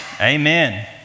Amen